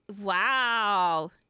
wow